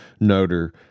noter